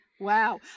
Wow